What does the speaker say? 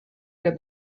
der